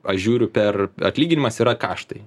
aš žiūriu per atlyginimas yra kaštai